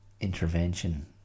intervention